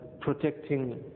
protecting